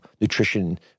nutrition